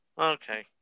Okay